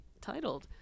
titled